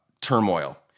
turmoil